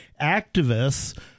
activists